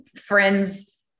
friends